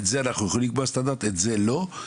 את זה אנחנו יכולים לקבוע כסטנדרט, את זה לא.